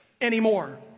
anymore